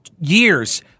years